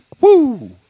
woo